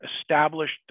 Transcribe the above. established